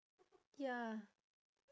ya